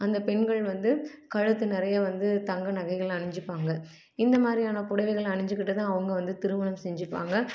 அந்த பெண்கள் வந்து கழுத்து நிறைய வந்து தங்க நகைகள் அணிஞ்சிப்பாங்க இந்த மாதிரியான புடவைகள் அணிஞ்சிக்கிட்டு தான் அவங்க வந்து திருமணம் செஞ்சுக்குவாங்க